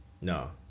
No